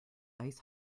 ice